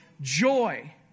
joy